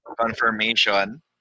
confirmation